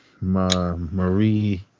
Marie